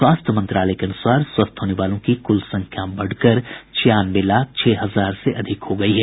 स्वास्थ्य मंत्रालय के अनुसार स्वस्थ होने वालों की कुल संख्या बढ़कर छियानवे लाख छह हजार से अधिक हो गई है